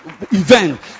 event